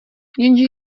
jenže